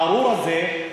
הארור הזה,